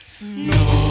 No